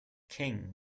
king